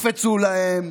תקפצו להם.